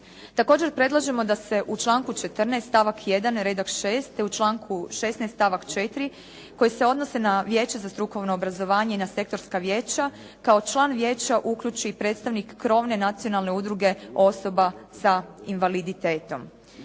Također predlažemo da se u članku 14. stavak 1. redak 6. te u članku 16. stavak 4. koji se odnose na Vijeće za strukovno obrazovanje i na sektorska vijeća kao član vijeća uključi i predstavnik krovne nacionalne udruge osoba sa invaliditetom.